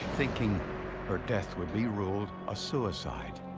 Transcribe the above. thinking her death would be ruled a suicide.